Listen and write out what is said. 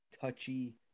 touchy